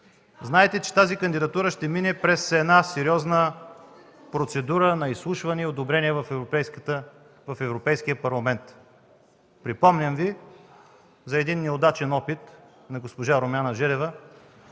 Знаете, че тази кандидатура ще мине през една сериозна процедура на изслушване и одобрение в Европейския парламент. Припомням Ви за един неудачен опит на госпожа Румяна Желева,